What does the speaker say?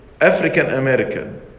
African-American